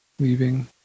leaving